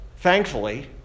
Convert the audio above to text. Thankfully